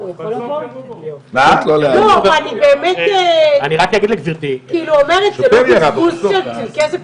אני אומרת, באמת, זה לא בזבוז של כסף?